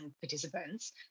participants